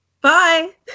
bye